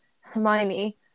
Hermione